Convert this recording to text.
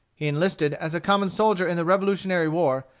he enlisted as a common soldier in the revolutionary war,